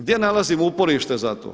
Gdje nalazimo uporište za to?